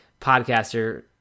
podcaster